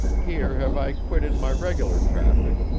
here have i quitted my regular traffic,